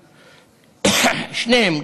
שניהם,